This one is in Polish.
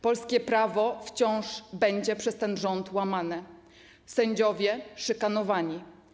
Polskie prawo wciąż będzie przez ten rząd łamane, a sędziowie - szykanowani.